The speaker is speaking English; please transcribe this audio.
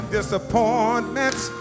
Disappointments